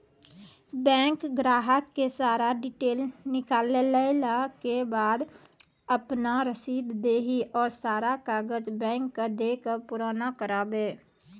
Bank ग्राहक के सारा डीटेल निकालैला के बाद आपन रसीद देहि और सारा कागज बैंक के दे के पुराना करावे?